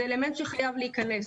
זה אלמנט שחייב להכנס.